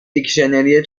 دیکشنری